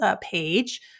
page